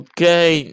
Okay